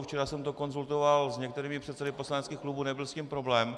Včera jsem to konzultoval s některými předsedy poslaneckých klubů a nebyl s tím problém.